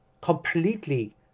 Completely